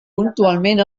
puntualment